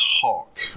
talk